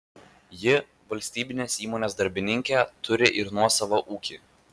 ji valstybinės įmonės darbininkė turi ir nuosavą ūkį